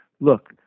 look